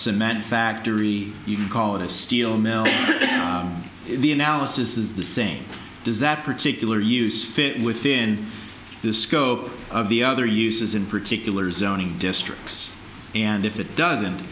cement factory you can call it a steel mill the analysis is the same does that particular use fit within the scope of the other uses in particular zoning districts and if it doesn't